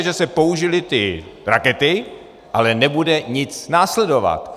Že se použily ty rakety, ale nebude nic následovat.